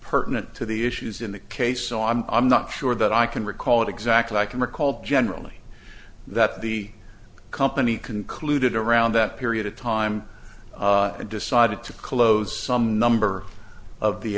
pertinent to the issues in the case so i'm i'm not sure that i can recall exactly i can recall generally that the company concluded around that period of time and decided to close some number of the